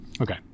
Okay